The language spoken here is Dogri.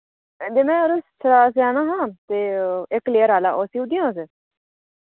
जरो में सेआना हा ते इक फ्लेयर आह्ला ओह् सींदियां तुस